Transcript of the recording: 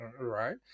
Right